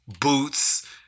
boots